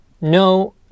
no